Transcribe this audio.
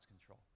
control